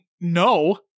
no